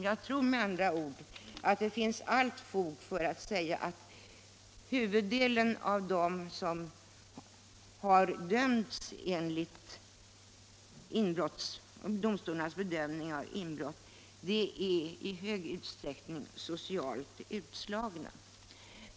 Jag tror med andra ord att det finns fog för att säga att huvuddelen av dem som har dömts för inbrott enligt domstolarnas bedömning är socialt utslagna.